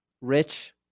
Rich